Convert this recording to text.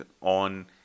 on